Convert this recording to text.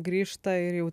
grįžta ir jau